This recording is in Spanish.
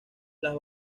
las